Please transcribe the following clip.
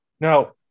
Now